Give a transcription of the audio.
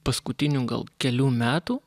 paskutinių gal kelių metų